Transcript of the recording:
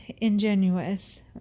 ingenuous